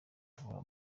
guhora